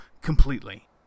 Completely